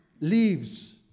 leaves